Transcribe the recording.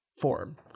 form